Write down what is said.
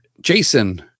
Jason